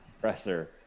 presser